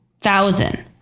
thousand